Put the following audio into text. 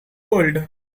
world